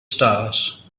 stars